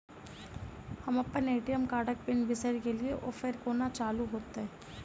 हम अप्पन ए.टी.एम कार्डक पिन बिसैर गेलियै ओ फेर कोना चालु होइत?